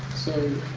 so,